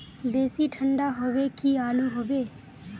बेसी ठंडा होबे की आलू होबे